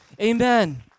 amen